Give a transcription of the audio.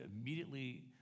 immediately